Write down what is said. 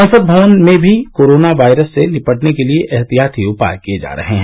संसद भवन में भी कोरोना वायरस से निपटने के लिए एहतियाती उपाय किये जा रहे हैं